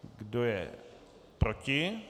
Kdo je proti?